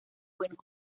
buenos